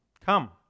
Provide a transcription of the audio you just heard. Come